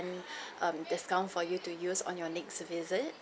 um discount for you to use on your next visit